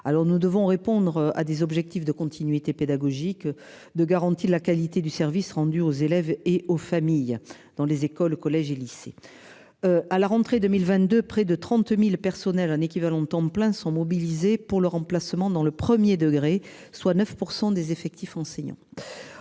alors nous devons répondre à des objectifs de continuité pédagogique. De garantie de la qualité du service rendu aux élèves et aux familles dans les écoles, collèges et lycées. À la rentrée 2022 près de 30.000 personnels en équivalents temps plein sont mobilisés pour le remplacement dans le 1er degré, soit 9% des effectifs enseignants.